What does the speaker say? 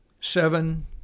seven